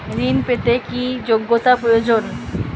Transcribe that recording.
ঋণ পেতে কি যোগ্যতা প্রয়োজন?